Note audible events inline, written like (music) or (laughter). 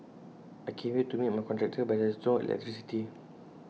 I came here to meet my contractor but there's no electricity (noise)